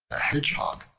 a hedgehog,